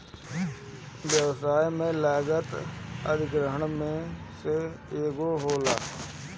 व्यवसाय में लागत अधिग्रहण में से एगो होला